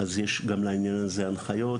אז יש גם לעניין הזה הנחיות.